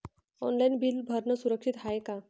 Online bill भरनं सुरक्षित हाय का?